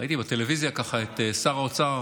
ראיתי בטלוויזיה את שר האוצר